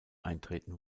eintreten